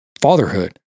fatherhood